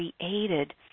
created